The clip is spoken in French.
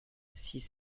six